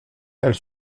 elle